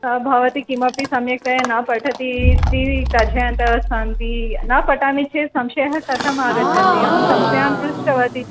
भवती किमपि सम्यक्तया न पठतीति तर्जयन्तस्सन्ति न पठामि चेत् संशयः कथम् आगच्छति अहं संशयान् पृष्टवती